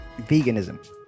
veganism